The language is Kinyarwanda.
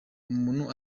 umuntu